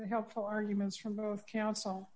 helpful arguments from both counsel